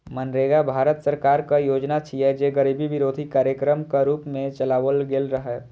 मनरेगा भारत सरकारक योजना छियै, जे गरीबी विरोधी कार्यक्रमक रूप मे चलाओल गेल रहै